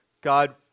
God